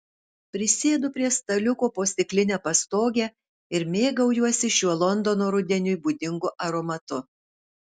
prisėdu prie staliuko po stikline pastoge ir mėgaujuosi šiuo londono rudeniui būdingu aromatu